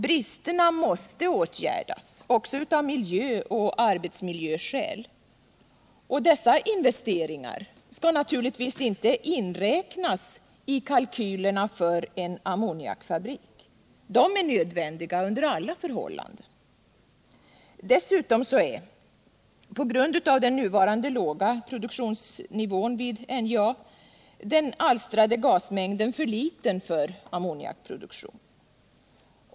Bristerna måste åtgärdas också av miljöoch arbetsmiljöskäl. Och dessa investeringar skall naturligtvis inte inräknas i kalkylerna för en ammoniakfabrik. De är nödvändiga under alla förhållanden. Dessutom är, på grund av den nuvarande låga produktionsnivån vid NJA, den alstrade gasmängden för liten för ammoniakproduktion.